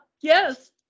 Yes